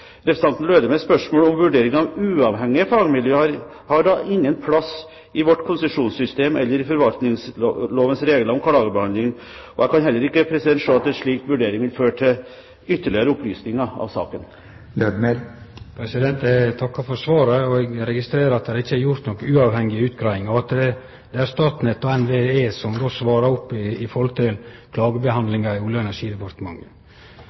Representanten Lødemels spørsmål om vurdering av uavhengige fagmiljøer har da ingen plass i vårt konsesjonssystem eller i forvaltningslovens regler om klagebehandling. Jeg kan heller ikke se at en slik vurdering vil føre til ytterligere opplysninger i saken. Eg takkar for svaret. Eg registrerer at det ikkje er gjort noka uavhengig utgreiing, og at det er Statnett og NVE som svarar når det gjeld klagebehandlinga i Olje- og energidepartementet. Folk i